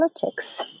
politics